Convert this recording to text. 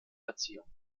erziehung